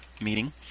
Meeting